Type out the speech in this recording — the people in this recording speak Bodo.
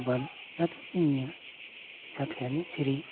आबादआथ' जोंनिया जाखायानो जेरै